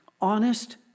Honest